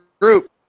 group